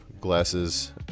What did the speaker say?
glasses